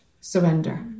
surrender